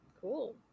cool